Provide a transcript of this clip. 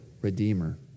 Redeemer